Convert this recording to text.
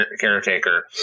caretaker